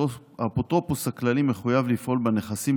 האפוטרופוס הכללי מחויב לפעול בנכסים